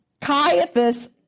Caiaphas